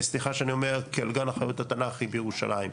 סליחה שאני אומר כאל גן החיות התנ"כי בירושלים.